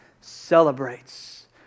celebrates